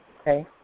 okay